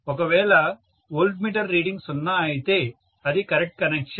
ఒకవేళ volt meter reading సున్నా అయితే అది కరెక్ట్ కనెక్షన్